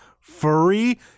free